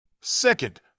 Second